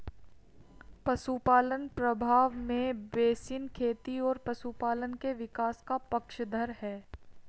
पशुपालन प्रभाव में बेसिन खेती और पशुपालन के विकास का पक्षधर है